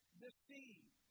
deceived